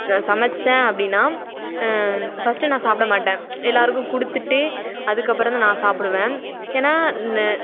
நான் சமைத்தேன் அப்படின்னா ஃபஸ்ட்டு நான் சாப்பிட மாட்டேன் எல்லோருக்கும் கொடுத்துட்டு அதுக்கப்புறந்தான் நான் சாப்பிடுவேன் ஏனால் ந